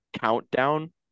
countdown